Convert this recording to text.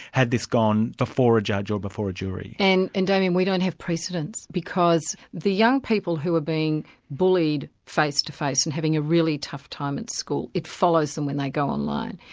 had this gone before a judge or before a jury. and and damien, we don't have precedents, because the young people who are being bullied face-to-face and having a really tough time at school, it follows them when they go online.